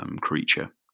creature